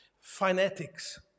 Phonetics